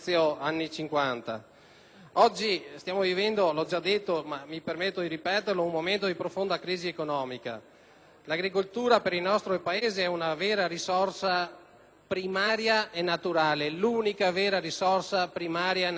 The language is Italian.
di ripeterlo) un momento di profonda crisi economica. L'agricoltura per il nostro Paese è una vera risorsa primaria e naturale, l'unica vera risorsa primaria e naturale della nostra economia,